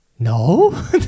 No